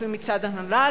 לפעמים מצד הנהלה,